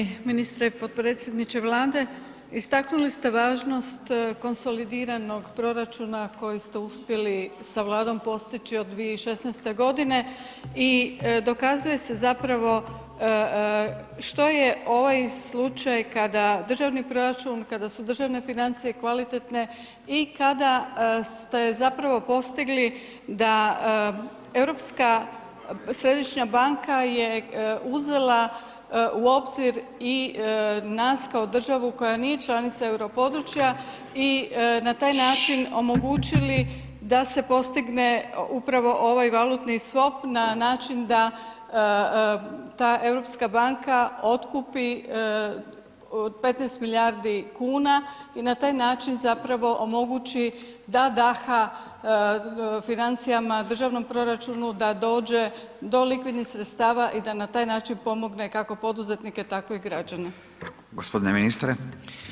Poštovani ministre i potpredsjedniče Vlade, istaknuli ste važnost konsolidiranog proračuna koji ste uspjeli sa Vladom postići od 2016. g., i dokazuje se zapravo što je ovaj slučaj kada državni proračun, kada su državne financije kvalitetne i kada ste zapravo postigli da Europska središnja banka je uzela u obzir i nas kao državu koja nije članica euro područja i na taj način omogućili da se postigne upravo ovaj valutni swap na način da ta europska banka otkupi 15 milijardi kuna i na taj način zapravo omogući, da daha financija, državnog proračunu do likvidnih sredstava i da na taj način pomogne kako poduzetnike, tako i građane.